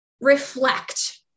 reflect